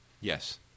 Yes